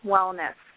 Wellness